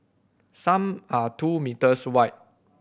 some are two meters wide